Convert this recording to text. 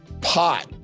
pot